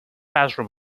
basra